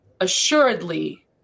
assuredly